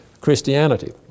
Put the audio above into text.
Christianity